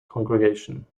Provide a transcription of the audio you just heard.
congregation